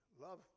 Love